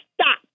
stop